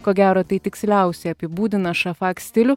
ko gero tai tiksliausiai apibūdina šafak stilių